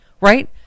Right